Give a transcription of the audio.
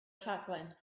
rhaglen